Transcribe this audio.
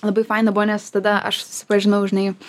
labai faina buvo nes tada aš susipažinau žinai